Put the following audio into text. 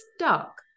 stuck